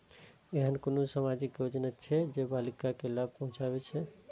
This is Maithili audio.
ऐहन कुनु सामाजिक योजना छे जे बालिका के लाभ पहुँचाबे छे?